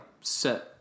set